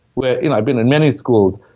where, you know, i've been in many schools,